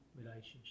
Relationship